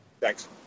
Thanks